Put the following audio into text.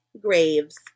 graves